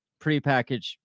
prepackaged